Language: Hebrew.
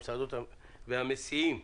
המסעדות והמסיעים.